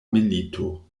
milito